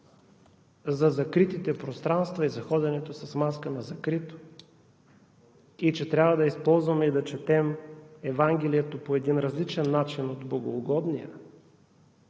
за закритите пространства и за ходенето с маска на закрито и че трябва да използваме и да четем Евангелието по един различен начин от богоугодния,